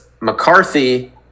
McCarthy –